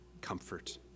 comfort